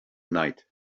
night